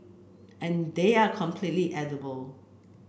and they are completely edible